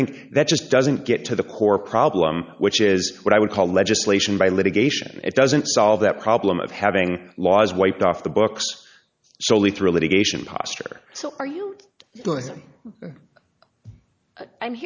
think that just doesn't get to the core problem which is what i would call legislation by litigation it doesn't solve that problem of having laws wiped off the books soley through litigation posture so are you listening i'm